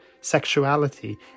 sexuality